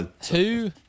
Two